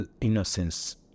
innocence